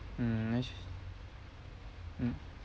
mm sh~ mm